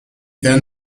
then